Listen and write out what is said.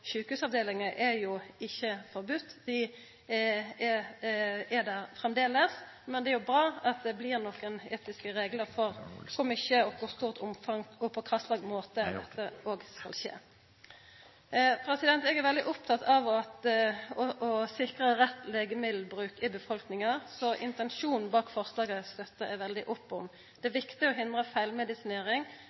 er ikkje forbodne. Dei er der framleis, men det er bra at det blir nokre etiske reglar for kor mykje som skal skje der, og i kor stort omfang og på kva slags måte dette skal skje. Eg er veldig oppteken av å sikra rett legemiddelbruk i befolkninga, så intensjonen bak forslaget støttar eg veldig opp om. Det er viktig å hindra feilmedisinering,